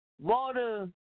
water